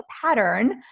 pattern